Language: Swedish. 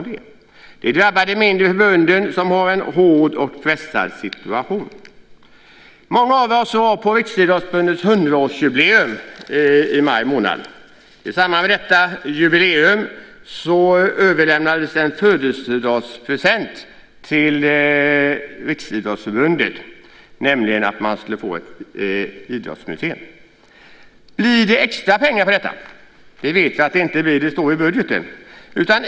Det drabbar de mindre förbunden som har en hård och pressad situation. Många av oss var på Riksidrottsförbundets hundraårsjubileum i maj månad. I samband med detta jubileum överlämnades en födelsedagspresent till Riksidrottsförbundet, nämligen att man skulle få ett idrottsmuseum. Blir det extra pengar för detta? Det vet vi att det inte blir. Det står i budgeten.